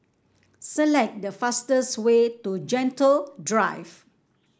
select the fastest way to Gentle Drive